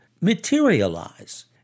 materialize